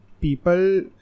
people